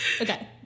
Okay